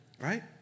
right